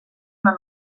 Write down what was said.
una